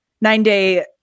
nine-day